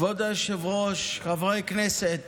כבוד היושב-ראש, חברי הכנסת,